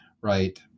right